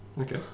Okay